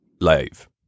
live